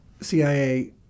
CIA